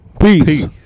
Peace